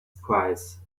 price